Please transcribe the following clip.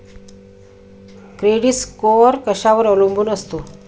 Credit score कशावर अवलंबून असतो?